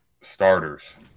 starters